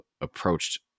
approached